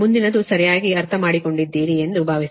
ಮುಂದಿನದು ಸರಿಯಾಗಿ ಅರ್ಥಮಾಡಿಕೊಂಡಿದ್ದೀರಿ ಎಂದು ಭಾವಿಸುತ್ತೇನೆ